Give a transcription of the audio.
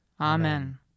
Amen